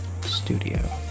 studio